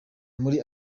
muri